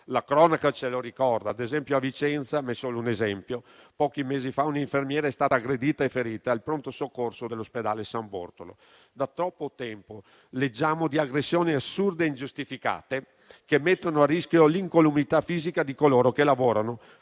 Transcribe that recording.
La cronaca ce lo ricorda. Ad esempio, a Vicenza, pochi mesi fa un'infermiera è stata aggredita e ferita al pronto soccorso dell'ospedale San Bortolo. Da troppo tempo leggiamo di aggressioni assurde e ingiustificate, che mettono a rischio l'incolumità fisica di coloro che lavorano